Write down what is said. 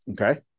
Okay